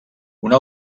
una